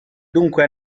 dunque